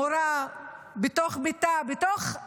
מורה בתוך ביתה, בתוך הממ"ד,